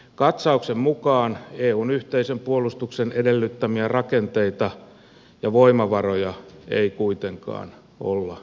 katsauksen mukaan eun yhteisen puolustuksen edellyttämiä rakenteita ja voimavaroja ei kuitenkaan olla luomassa